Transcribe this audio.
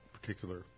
particular